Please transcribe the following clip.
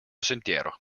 sentiero